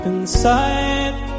Inside